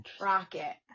Rocket